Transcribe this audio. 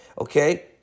okay